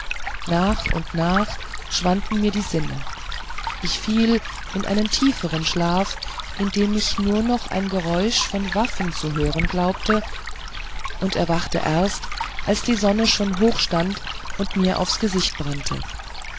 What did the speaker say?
nach und nach aber schwanden mir die sinne ich verfiel in einen tieferen schlaf in dem ich nur noch ein geräusch von waffen zu hören glaubte und erwachte erst als die sonne schon hoch stand und mir aufs gesicht brannte